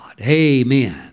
Amen